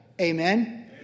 Amen